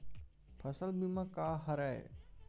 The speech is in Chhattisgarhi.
फसल बीमा का हरय?